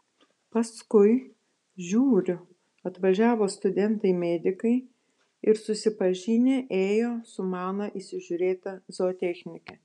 paskui žiūriu atvažiavo studentai medikai ir susipažinę ėjo su mano įsižiūrėta zootechnike